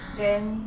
then